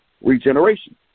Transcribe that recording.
regeneration